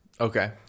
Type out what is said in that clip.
okay